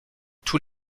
tous